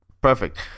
Perfect